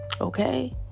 Okay